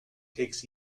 takes